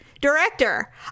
director